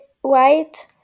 white